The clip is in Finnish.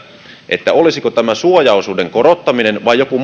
olisiko tämä suojaosuuden korottaminen vai joku muu